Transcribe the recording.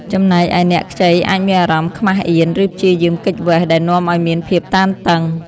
ចំណែកឯអ្នកខ្ចីអាចមានអារម្មណ៍ខ្មាសអៀន ឬព្យាយាមគេចវេះ ដែលនាំឲ្យមានភាពតានតឹង។